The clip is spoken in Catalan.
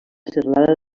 serralada